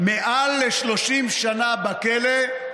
מעל ל-30 שנה בכלא,